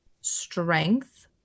strength